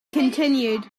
continued